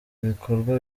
bikorwa